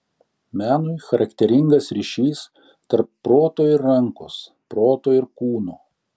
menui charakteringas ryšys tarp proto ir rankos proto ir kūno